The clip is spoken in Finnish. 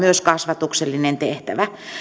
myös kasvatuksellinen tehtävä